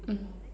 mm